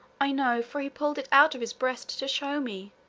i know, for he pulled it out of his breast to show me.